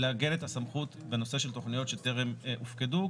לעגן את הסמכות בנושא של תכניות שטרם הופקדו,